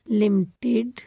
limited